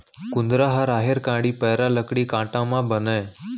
कुंदरा ह राहेर कांड़ी, पैरा, लकड़ी फाटा म बनय